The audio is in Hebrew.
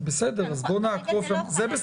זה בסדר, כתוב.